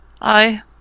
Aye